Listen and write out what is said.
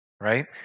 right